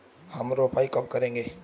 हम रोपाई कब करेंगे?